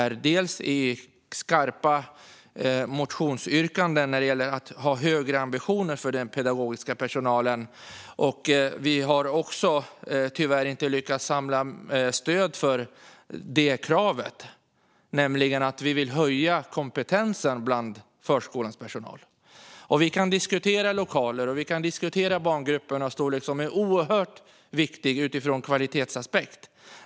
Vi har gjort det i skarpa motionsyrkanden när det gäller att ha högre ambitioner för den pedagogiska personalen. Men vi har tyvärr inte lyckats samla stöd för det kravet, nämligen att vi vill höja kompetensen bland förskolans personal. Vi kan diskutera lokaler, och vi kan diskutera barngruppernas storlek, som är oerhört viktigt utifrån en kvalitetsaspekt.